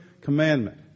Commandment